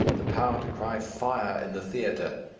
the power to cry fire! in the theatre,